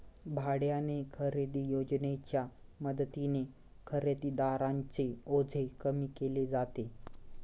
भाड्याने खरेदी योजनेच्या मदतीने खरेदीदारांचे ओझे कमी केले जाते